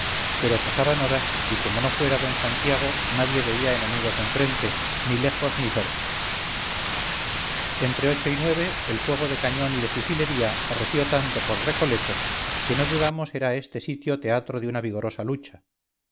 pero pasaban horas y como no fuera d santiago nadie veía enemigos enfrente ni lejos ni cerca entre ocho y nueve el fuego de cañón y de fusilería arreció tanto por recoletos que no dudamos era este sitio teatro de una vigorosa lucha